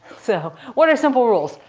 so what are simple rules?